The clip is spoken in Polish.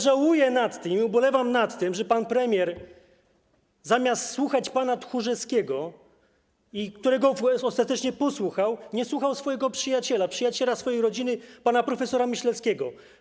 Żałuję i ubolewam nad tym, że pan premier zamiast słuchać pana Tchórzewskiego, którego ostatecznie posłuchał, nie słuchał swojego przyjaciela, przyjaciela swojej rodziny, pana prof. Myśleckiego.